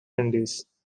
indies